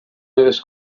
meves